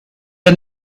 der